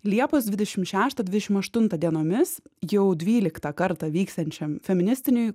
liepos dvidešim šeštą dvidešim aštuntą dienomis jau dvyliktą kartą vyksiančiam feministiniui